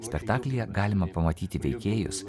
spektaklyje galima pamatyti veikėjus